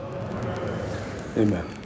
Amen